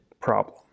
problem